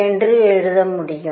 என்று எழுத முடியும்